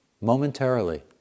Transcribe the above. momentarily